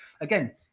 again